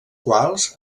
quals